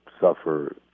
suffer